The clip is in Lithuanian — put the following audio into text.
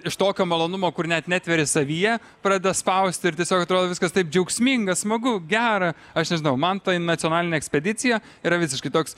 iš tokio malonumo kur net netveri savyje pradeda spausti ir tiesiog atrodo viskas taip džiaugsminga smagu gera aš nežinau man tai nacionalinė ekspedicija yra visiškai toks